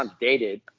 dated